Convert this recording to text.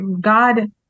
God